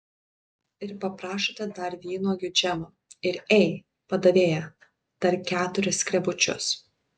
ir paprašote dar vynuogių džemo ir ei padavėja dar keturis skrebučius